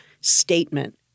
statement